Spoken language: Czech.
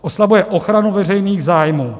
Oslabuje ochranu veřejných zájmů.